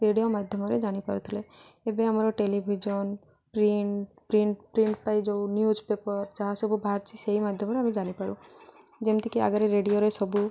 radio ମାଧ୍ୟମରେ ଜାଣିପାରୁଥିଲେ ଏବେ ଆମର ଟେଲିଭିଜନ୍ ପ୍ରିଣ୍ଟ ପ୍ରିଣ୍ଟ ପ୍ରିଣ୍ଟ ପାଇଁ ଯେଉଁ ନ୍ୟୁଜ୍ପେପର ଯାହା ସବୁ ବାହାରିଛି ସେଇ ମାଧ୍ୟମରେ ଆମେ ଜାଣିପାରୁ ଯେମିତିକି ଆଗରେ ରେଡ଼ିଓରେ ସବୁ